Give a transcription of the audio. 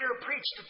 preached